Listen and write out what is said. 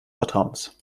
vertrauens